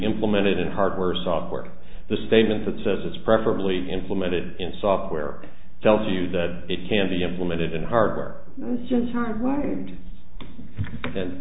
implemented in hardware or software the statement that says it's preferably implemented in software tells you that it can be implemented in hardware